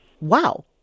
Wow